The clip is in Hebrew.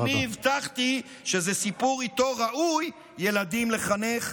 לעצמי הבטחתי / שזה סיפור איתו ראוי ילדים לחנך."